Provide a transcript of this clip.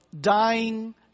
dying